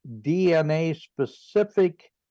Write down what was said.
DNA-specific